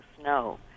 snow